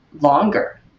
longer